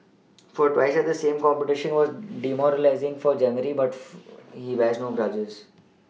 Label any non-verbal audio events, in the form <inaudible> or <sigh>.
<noise> fail twice at the same competition were demoralising for Jeremy but <unintelligible> he bears no grudges